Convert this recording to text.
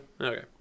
Okay